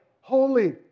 holy